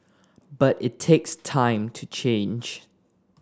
but it takes time to change